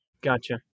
Gotcha